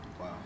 Wow